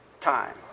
time